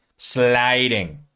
sliding